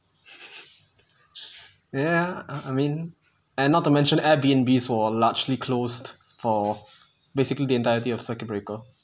ya I I mean and not to mention air B_N_Bs who're largely closed for basically the entirety of circuit breaker